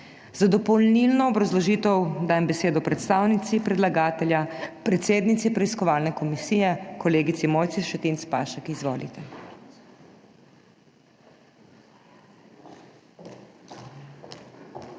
Za dopolnilno obrazložitev dajem besedo predstavnici predlagatelja, predsednici preiskovalne komisije, kolegici Mojci Šetinc Pašek. Izvolite.